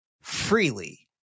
freely